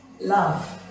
love